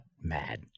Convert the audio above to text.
mad